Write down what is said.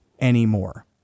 anymore